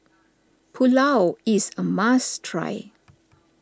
Pulao is a must try